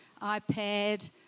iPad